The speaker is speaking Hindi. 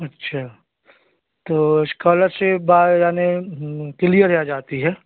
अच्छा तो इश्कॉलरशिप बा यानी क्लियर है आ जाती है